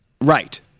Right